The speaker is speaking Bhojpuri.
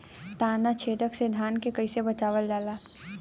ताना छेदक से धान के कइसे बचावल जाला?